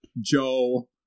Joe